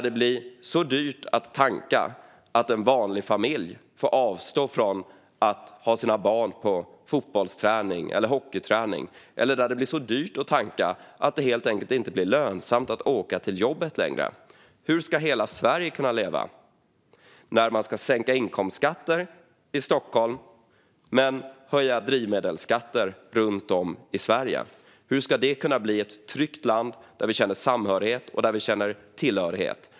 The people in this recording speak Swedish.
Det blir så dyrt att tanka att en vanlig familj får avstå från att ha sina barn på fotbollsträning eller hockeyträning. Det kan bli så dyrt att tanka att det helt enkelt inte blir lönsamt att åka till jobbet längre. Hur ska hela Sverige kunna leva när man ska sänka inkomstskatter i Stockholm men höja drivmedelsskatter runt om i Sverige? Hur ska det kunna bli ett tryggt land, där vi känner samhörighet och där vi känner tillhörighet?